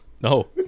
No